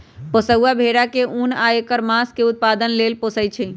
पोशौआ भेड़ा के उन आ ऐकर मास के उत्पादन लेल पोशइ छइ